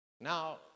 Now